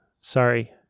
Sorry